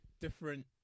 Different